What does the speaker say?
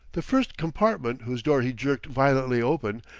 the first compartment whose door he jerked violently open,